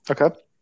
Okay